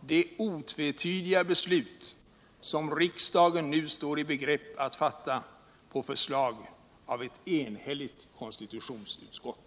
det otvetydiga beslut som riksdagen nu står i begrepp att fatta på förslag av ett enigt konstitutionsutskott.